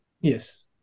Yes